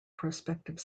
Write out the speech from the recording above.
prospective